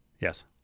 Yes